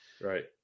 Right